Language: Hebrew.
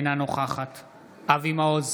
אינה נוכחת אבי מעוז,